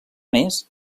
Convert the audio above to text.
més